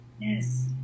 Yes